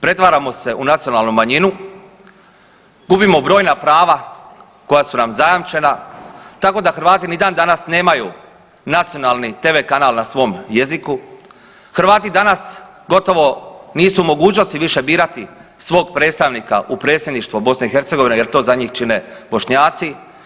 Pretvaramo se u nacionalnu manjinu, gubimo brojna prava koja su nam zajamčena, tako da Hrvati ni dan danas nemaju nacionalni tv kanal na svom jeziku, Hrvati danas gotovo nisu u mogućnosti više birati svog predstavnika u predsjedništvo BiH jer to za njih čine Bošnjaci.